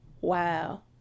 Wow